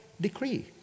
decree